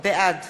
בעד